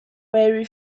very